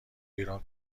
ایران